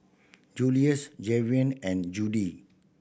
Juluis Javion and Judi